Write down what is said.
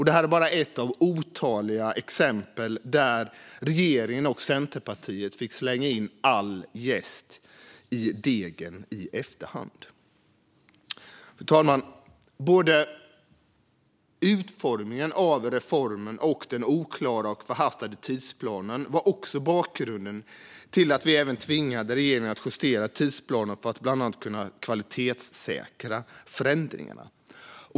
Det är bara ett av otaliga exempel där regeringen och Centerpartiet fick slänga in all jäst i degen i efterhand. Fru talman! Både utformningen av reformen och den oklara och förhastade tidsplanen var bakgrunden till att vi även tvingade regeringen att justera tidsplanen för att bland annat kunna kvalitetssäkra förändringarna.